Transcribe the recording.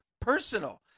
personal